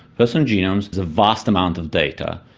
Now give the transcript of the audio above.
person's genome is is a vast amount of data.